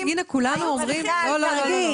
צריכים לדעת.